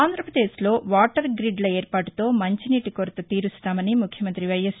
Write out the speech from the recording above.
ఆంధ్రప్రదేశ్లో వాటర్గ్రిడ్ ల ఏర్పాటుతో మంచినీటి కొరత తీరుస్తామని ముఖ్యమంత్రి వైఎస్